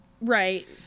Right